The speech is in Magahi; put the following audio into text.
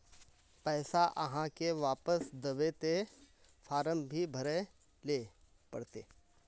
पैसा आहाँ के वापस दबे ते फारम भी भरें ले पड़ते?